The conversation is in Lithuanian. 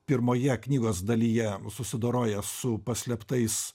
pirmoje knygos dalyje susidoroja su paslėptais